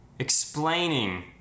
explaining